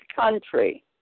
country